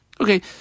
Okay